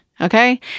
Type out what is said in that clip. okay